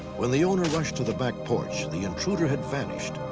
when the owner rushed to the back porch, the intruder had vanished.